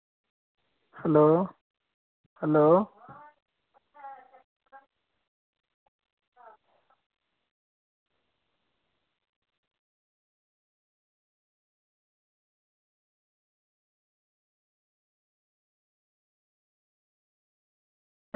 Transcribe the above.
hello hello